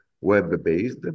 web-based